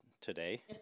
today